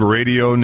Radio